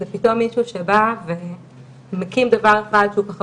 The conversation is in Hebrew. זה פתאום מישהו שבא מקים דבר אחד שהוא ככה